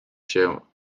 się